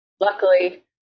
luckily